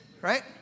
right